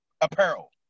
Apparel